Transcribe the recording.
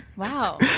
wow.